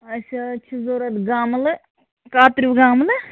اَسہِ حظ چھِ ضروٗرت گَملہٕ کَتریو گَملہٕ